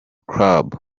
club